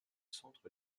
centres